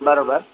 बराबरि